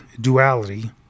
duality